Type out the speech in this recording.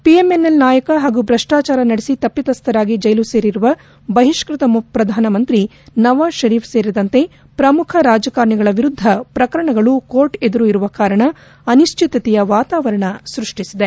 PMNL ನಾಯಕ ಹಾಗೂ ಭ್ರಷ್ಟಾಚಾರ ನಡೆಸಿ ತಪ್ಪಿತಸ್ಥರಾಗಿ ಜೈಲು ಸೇರಿರುವ ಬಹಿಷ್ಟತ ಪ್ರಧಾನಮಂತ್ರಿ ನವಾಜ್ ಷರೀಫ್ ಸೇರಿದಂತೆ ಪ್ರಮುಖ ರಾಜಕಾರಣಿಗಳ ವಿರುದ್ಧ ಪ್ರಕರಣಗಳು ಕೋರ್ಟ್ ಎದುರು ಇರುವ ಕಾರಣ ಅನಿಶ್ಚಿತತೆಯ ವಾತಾವರಣ ಸೃಷ್ಠಿಸಿದೆ